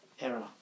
error